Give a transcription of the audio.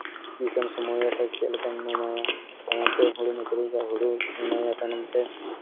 ᱛᱤᱥᱮᱢ ᱥᱚᱢᱚᱭᱟ ᱥᱮ ᱪᱮᱫ ᱞᱮᱠᱟᱢ ᱮᱢᱟᱭᱟ ᱟᱨ ᱱᱚᱛᱮ ᱦᱳᱲᱳᱢ ᱟᱹᱠᱨᱤᱧ ᱠᱷᱟᱡ ᱦᱳᱲᱳ ᱮᱢᱟᱭᱟ ᱛᱟᱭᱱᱚᱢᱛᱮ